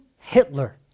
Hitler